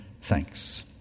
thanks